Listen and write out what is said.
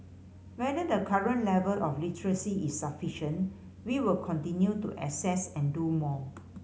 whether the current level of literacy is sufficient we will continue to assess and do more